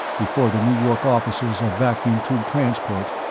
before the new york offices of vacuum tube transport,